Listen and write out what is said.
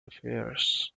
affairs